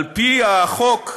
על פי החוק,